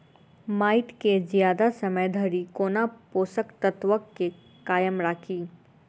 माटि केँ जियादा समय धरि कोना पोसक तत्वक केँ कायम राखि?